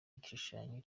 igishushanyo